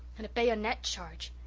and a bayonet charge!